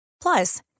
plus